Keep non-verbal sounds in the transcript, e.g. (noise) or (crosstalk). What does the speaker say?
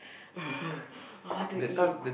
(noise) I want to eat